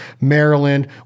Maryland